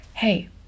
hey